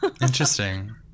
interesting